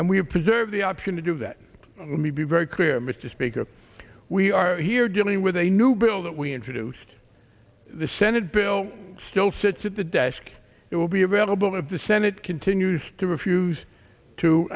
and we preserve the option to do that let me be very clear mr speaker we are here dealing with a new bill that we introduced the senate bill still sits at the desk it will be available of the senate continues to refuse to